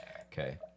Okay